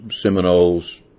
Seminoles